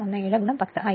017 10 ആയിരിക്കും